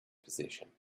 possession